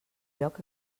lloc